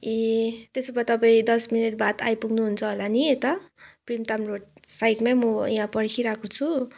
ए त्यसो भए तपाईँ दस मिनट बाद आइपुग्नु हुन्छ होला नि यता प्रिमताम रोड साइडमै म यहाँ पर्खिरहेको छु